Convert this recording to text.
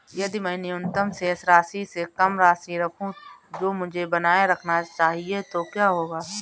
यदि मैं न्यूनतम शेष राशि से कम राशि रखूं जो मुझे बनाए रखना चाहिए तो क्या होगा?